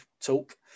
talk